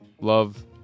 Love